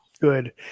good